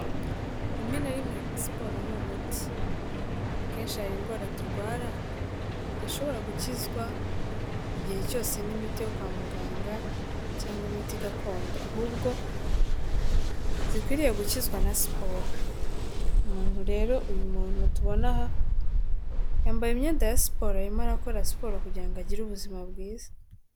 Rimwe na rimwe siporro ni umuti. Akenshi hari indwara turwara, zishobora gukizwa igihe cyose n'imiti yo kwa muganga, cyangwa imiti gakondo. Ahubwo zikwiriye gukizwa na siporo. Umuntu rero uyu muntu tubona aha, yambaye imyenda ya siporo arimo arakora siporo kugira ngo, agire ubuzima bwiza.